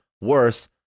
worse